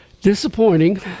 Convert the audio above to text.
disappointing